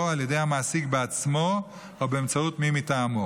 על ידי המעסיק בעצמו או באמצעות מי מטעמו,